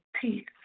peace